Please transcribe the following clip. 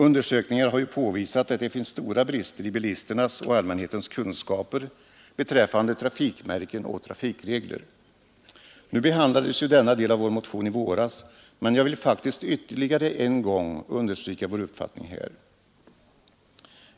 Undersökningar har ju påvisat att det finns stora brister i bilisternas och allmänhetens kunskaper beträffande trafikmärken och trafikregler. Nu behandlades ju denna del av vår motion i våras, men jag vill faktiskt ytterligare en gång understryka vår uppfattning.